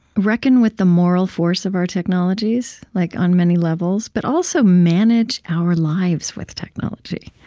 reckon with the moral force of our technologies, like on many levels, but also manage our lives with technology.